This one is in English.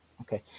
Okay